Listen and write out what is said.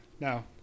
no